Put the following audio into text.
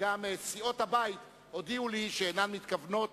וגם סיעות האופוזיציה הודיעו לי שאינן מתכוונות